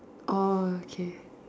orh okay